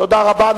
תודה רבה.